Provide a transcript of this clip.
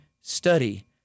study